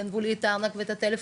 גנבו לי את הארנק והטלפון,